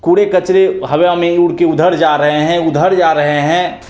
कूड़े कचरे हवा में ही उड़ कर उधर जा रहें हैं उधर जा रहें है